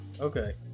okay